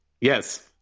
Yes